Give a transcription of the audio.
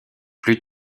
plus